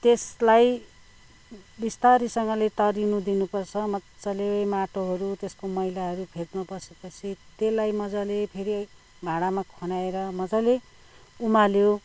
त्यसलाई बस्तारीसँगले तारिनु दिनु पर्छ मजाले माटोहरू त्यसको मैलाहरू फेदमा बसे पछि त्यसलाई मजाले फेरि भाँडामा खनाएर मजाले उमाल्यो